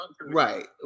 Right